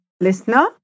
Listener